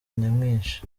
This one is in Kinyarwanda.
nyamwinshi